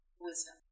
wisdom